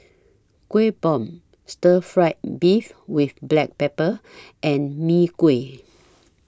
Kueh Bom Stir Fried Beef with Black Pepper and Mee Kuah